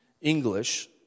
English